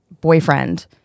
boyfriend